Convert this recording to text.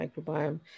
microbiome